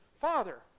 Father